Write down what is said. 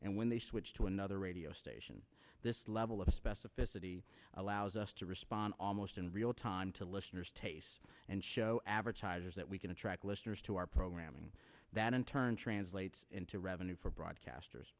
and when they switch to another radio station this level of specificity allows us to respond almost in real time to listeners tastes and show advertisers that we can attract listeners to our programming that in turn translates into revenue for broadcasters